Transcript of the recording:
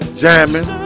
jamming